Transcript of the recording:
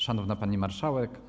Szanowna Pani Marszałek!